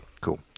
Cool